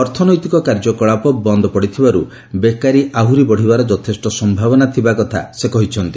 ଅର୍ଥନୈତିକ କାର୍ଯ୍ୟକଳାପ ବନ୍ଦ ପଡିଥିବାରୁ ବେକାରୀ ଆହୁରି ବଢ଼ିବାର ଯଥେଷ୍ଟ ସମ୍ଭାବନା ଥିବା କଥା ସେ କହିଛନ୍ତି